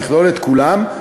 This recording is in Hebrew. תכלול את כולם,